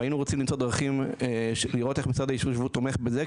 והיינו רוצים למצוא דרכים לראות איך משרד ההתיישבות תומך בזה,